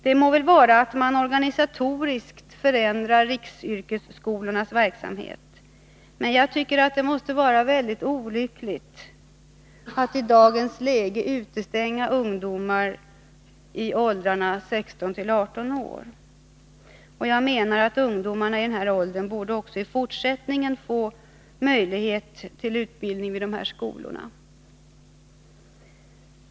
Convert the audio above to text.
Det må vara att man organisatoriskt förändrar riksyrkesskolornas verksamhet, men jag tycker att det måste vara mycket olyckligt att i dagens läge utestänga ungdomsgruppen 16-18 år. Ungdomar i denna ålder borde även i fortsättningen ges möjlighet till utbildning vid riksyrkesskolorna.